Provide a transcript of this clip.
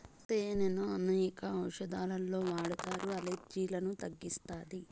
తేనెను అనేక ఔషదాలలో వాడతారు, అలర్జీలను తగ్గిస్తాది